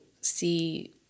see